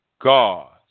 God